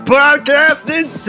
podcasting